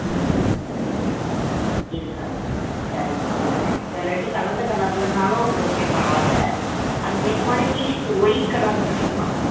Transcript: ம் இருக்காது சரிங்கம்மா எப்படி ரெண்டும் கலந்த கலர் இல்லைன்னாலும் ஓகே பரவாயில்ல அதுக்கு ஏற்ற மாதிரி டீஷர்ட்டு ஒயிட் கலரில் கெடைக்குமா